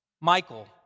Michael